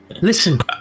listen